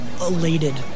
elated